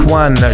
one